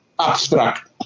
abstract